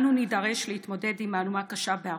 אנו נידרש להתמודד עם מהלומה קשה בהרבה: